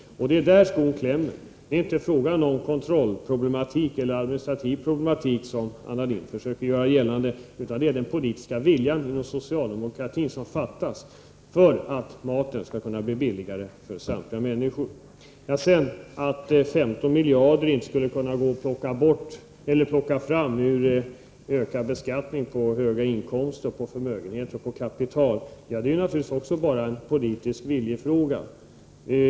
Det är där skon klämmer. Det är inte fråga om kontrollproblematik eller administrativ problematik, som Anna Lindh försöker göra gällande, utan det är fråga om att det inom socialdemokratin saknas politisk vilja att vidta åtgärder för att maten skall kunna bli billigare för samtliga människor. Det sades också att 15 miljarder inte skulle kunna gå att få fram genom ökad beskattning av höga inkomster, förmögenheter och kapital. Men också här är det naturligtvis bara fråga om politisk vilja.